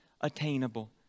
attainable